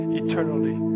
eternally